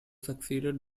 succeeded